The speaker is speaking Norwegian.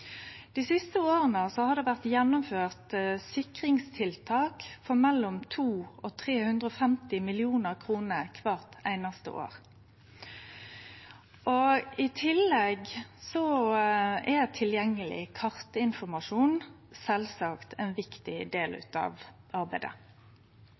Dei siste åra har det vore gjennomført sikringstiltak for mellom 200 og 350 mill. kr kvart einaste år. I tillegg er tilgjengeleg kartinformasjon sjølvsagt ein viktig del